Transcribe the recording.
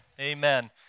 Amen